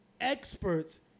experts